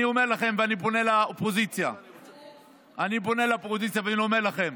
אני פונה לאופוזיציה ואני אומר לכם: